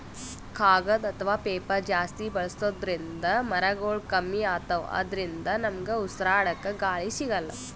ಕಾಗದ್ ಅಥವಾ ಪೇಪರ್ ಜಾಸ್ತಿ ಬಳಸೋದ್ರಿಂದ್ ಮರಗೊಳ್ ಕಮ್ಮಿ ಅತವ್ ಅದ್ರಿನ್ದ ನಮ್ಗ್ ಉಸ್ರಾಡ್ಕ ಗಾಳಿ ಸಿಗಲ್ಲ್